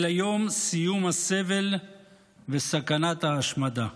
אלא יום סיום הסבל וסכנת ההשמדה.